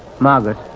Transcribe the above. Margaret